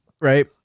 right